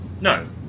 No